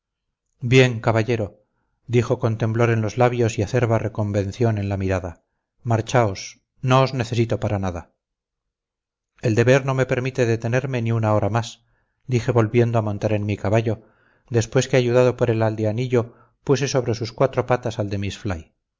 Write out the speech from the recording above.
bien caballero dijo con temblor en los labios y acerba reconvención en la mirada marchaos no os necesito para nada el deber no me permite detenerme ni una hora más dije volviendo a montar en mi caballo después que ayudado por el aldeanillo puse sobre sus cuatro patas al de miss